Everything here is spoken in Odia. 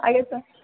ଆଜ୍ଞା ସାର୍